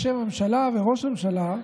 בשם הממשלה וראש הממשלה,